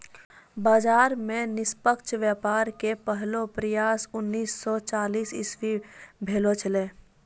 बाजार मे निष्पक्ष व्यापार के पहलो प्रयास उन्नीस सो चालीस इसवी भेलो छेलै